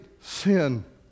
sin